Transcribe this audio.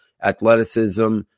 athleticism